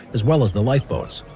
as well as the lifeboats.